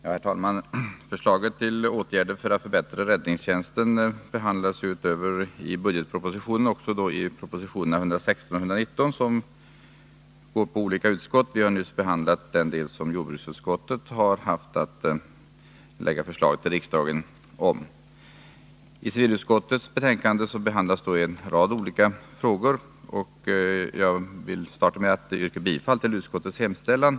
Herr talman! Förslag till åtgärder för att förbättra räddningstjänsten tas förutom i budgetpropositionen också upp i propositionerna 116 och 119, och förslagen behandlas i olika utskott. Vi har nyss diskuterat den del som jordbruksutskottet haft att framlägga förslag till riksdagen om. I civilutskottets betänkande behandlas en rad olika frågor, och jag vill starta med att yrka bifall till utskottets hemställan.